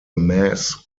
mass